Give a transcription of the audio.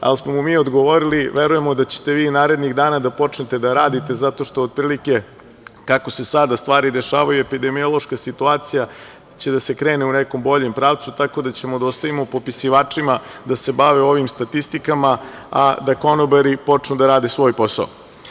Ali smo mu mi odgovorili - verujemo da ćete vi narednih dana da počnete da radite, zato što otprilike, kako se sada stvari dešavaju epidemiološka situacija će krenuti u nekom boljem pravcu, tako da ćemo da ostavimo popisivačima da se bave ovim statistikama, a da konobari počnu da rade svoj posao.